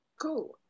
Cool